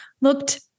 looked